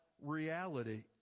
reality